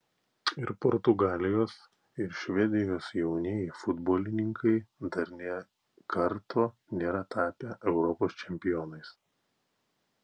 ir portugalijos ir švedijos jaunieji futbolininkai dar nė karto nėra tapę europos čempionais